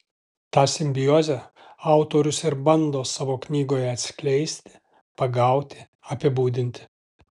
tą simbiozę autorius ir bando savo knygoje atskleisti pagauti apibūdinti